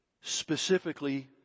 Specifically